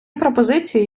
пропозиції